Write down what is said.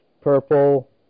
purple